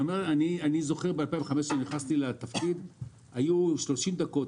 אני זוכר שב-2015 כשנכנסתי לתפקיד הייתה המתנה של 30 דקות,